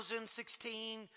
2016